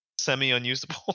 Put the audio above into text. semi-unusable